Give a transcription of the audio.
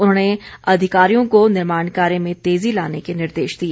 उन्होंने अधिकारियों को निर्माण कार्य में तेजी लाने के निर्देश दिए